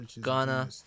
Ghana